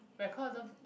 record the